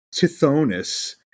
Tithonus